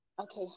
Okay